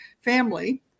family